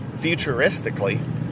futuristically